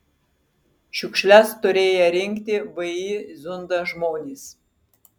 šiukšles turėję rinkti vį zunda žmonės